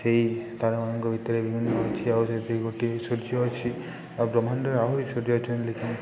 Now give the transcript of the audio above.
ସେଇ ତାରାମାନଙ୍କ ଭିତରେ ବିଭିନ୍ନ ଅଛି ଆଉ ସେଥିରେ ଗୋଟିଏ ସୂର୍ଯ୍ୟ ଅଛି ଆଉ ବ୍ରହ୍ମାଣ୍ଡରେ ଆହୁରି ସୂର୍ଯ୍ୟ ଅଛନ୍ତି